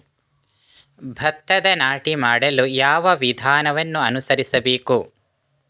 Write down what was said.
ಭತ್ತದ ನಾಟಿ ಮಾಡಲು ಯಾವ ವಿಧಾನವನ್ನು ಅನುಸರಿಸಬೇಕು?